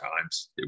times